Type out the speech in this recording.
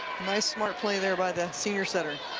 nice, smart play there by the senior setter.